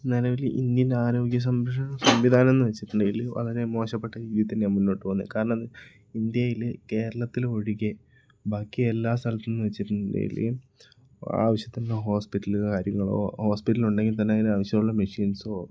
നിലവില് ഇന്ത്യൻ ആരോഗ്യ സംരഷണ സംവിധാനം എന്ന് വെച്ചിട്ടുണ്ടെങ്കില് വളരെ മോശപ്പെട്ട രീതിയിൽ തന്നെയാണ് മുന്നോട്ട് പോകുന്നത് കാരണം ഇന്ത്യയില് കേരളത്തില് ഒഴികെ ബാക്കി എല്ലാ സ്ഥലത്ത് നിന്ന് വെച്ചിട്ടുണ്ടെങ്കിൽ ആവശ്യത്തിന് ഹോസ്പിറ്റല് കാര്യങ്ങളോ ഹോസ്പിറ്റല് ഉണ്ടെങ്കിൽ തന്നെ അതിന് ആവശ്യമുള്ള മെഷീൻസോ